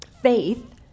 Faith